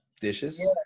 dishes